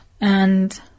And-